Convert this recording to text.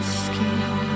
skin